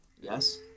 Yes